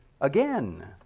again